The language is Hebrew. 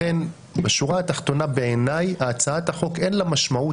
לכן בשורה התחתונה בעיניי אין להצעת החוק משמעות